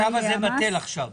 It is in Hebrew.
הצו הזה בטל עכשיו?